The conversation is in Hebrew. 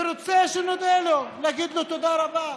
ורוצה שנודה לו, שנגיד לו תודה רבה.